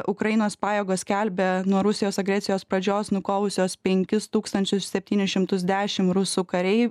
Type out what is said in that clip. ukrainos pajėgos skelbia nuo rusijos agresijos pradžios nukovusios penkis tūkstančius septynis šimtus dešim rusų kariai